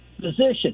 position